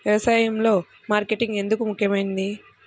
వ్యసాయంలో మార్కెటింగ్ ఎందుకు ముఖ్యమైనది?